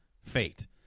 fate